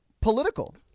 political